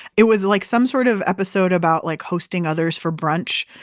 it was like some sort of episode about like hosting others for brunch.